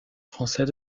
français